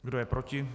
Kdo je proti?